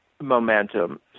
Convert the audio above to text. momentum